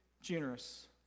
generous